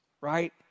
right